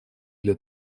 для